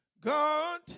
God